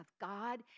God